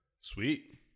Sweet